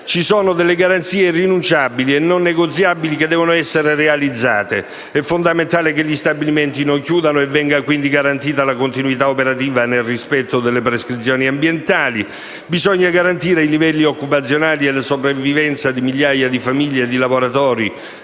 ci sono delle garanzie irrinunciabili e non negoziabili che devono essere realizzate: è fondamentale che gli stabilimenti non chiudano e venga quindi garantita la continuità operativa nel rispetto delle prescrizioni ambientali; bisogna garantire i livelli occupazionali e la sopravvivenza di migliaia di famiglie di lavoratori